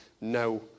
no